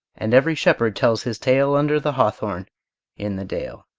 and every shepherd tells his tale, under the hawthorn in the dale.